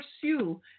pursue